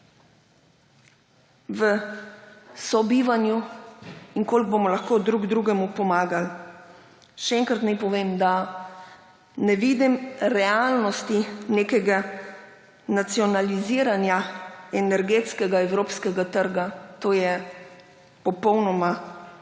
v sobivanju in kolikor bomo lahko drug drugemu pomagali. Še enkrat naj povem, da ne vidim realnosti nekega nacionaliziranja energetskega evropskega trga, to je popolnoma